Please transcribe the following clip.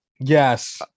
Yes